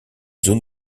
zone